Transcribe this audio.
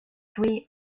three